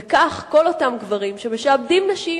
וכך כל אותם גברים שמשעבדים נשים,